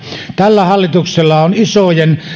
tällä hallituksella on isojen